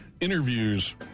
interviews